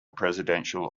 presidential